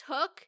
took